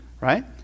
right